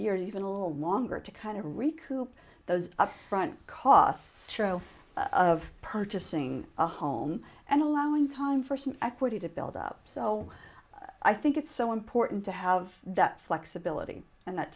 years even a little longer to kind of recruit those up front costs show of purchasing a home and allowing time for some equity to build up so i think it's so important to have that flexibility and that